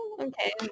Okay